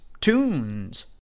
tunes